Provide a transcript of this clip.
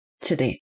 today